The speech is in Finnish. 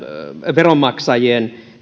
veronmaksajien